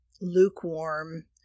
lukewarm